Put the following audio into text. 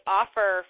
offer